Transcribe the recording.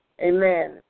amen